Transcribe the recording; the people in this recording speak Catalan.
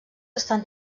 estan